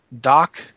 Doc